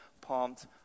pumped